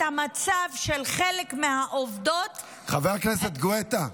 את המצב של חלק מהעובדות חבר הכנסת גואטה.